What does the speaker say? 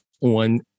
on